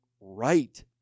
right